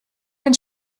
ein